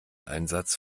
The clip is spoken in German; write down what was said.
einsatz